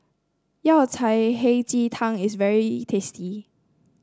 Yao Cai Hei Ji Tang is very tasty